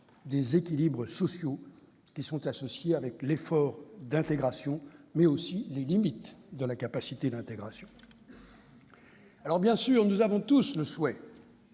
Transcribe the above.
des équilibres sociaux qui sont associés à l'effort d'intégration, mais aussi des limites de la capacité d'intégration. Bien sûr, nous avons tous le souhait